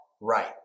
right